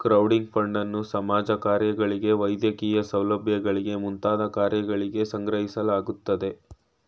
crowding ಫಂಡನ್ನು ಸಮಾಜ ಕಾರ್ಯಗಳಿಗೆ ವೈದ್ಯಕೀಯ ಸೌಲಭ್ಯಗಳಿಗೆ ಮುಂತಾದ ಕಾರ್ಯಗಳಿಗೆ ಸಂಗ್ರಹಿಸಲಾಗುತ್ತದೆ